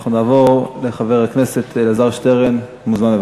אנחנו נעבור לחבר הכנסת אלעזר שטרן, מוזמן.